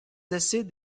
acides